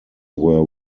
were